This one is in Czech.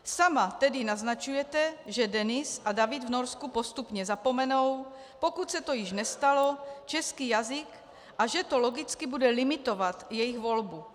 Sama tedy naznačujete, že Denis a David v Norsku postupně zapomenou, pokud se to již nestalo, český jazyk, a že to logicky bude limitovat jejich volbu.